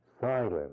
silent